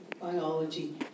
biology